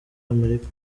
amerika